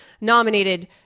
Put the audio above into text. nominated